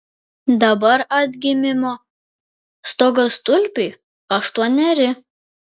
dabar atgimimo stogastulpiui aštuoneri